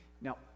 Now